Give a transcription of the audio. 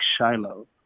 Shiloh